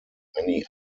many